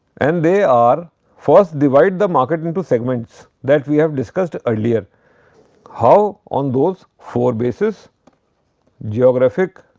and they are first divide the market into segments that we have discussed earlier how on those four basis geographic,